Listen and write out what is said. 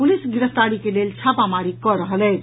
police गिरफ्तारी के लेल छापामारी कऽ रहल अछि